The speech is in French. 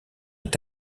est